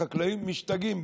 החקלאים משתגעים,